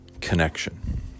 connection